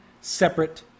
separate